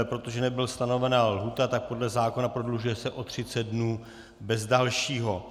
Protože nebyla stanovena lhůta, tak podle zákona se prodlužuje o 30 dnů bez dalšího.